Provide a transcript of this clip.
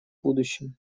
будущем